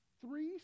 Three